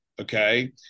Okay